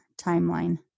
timeline